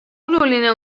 oluline